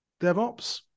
DevOps